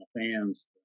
fans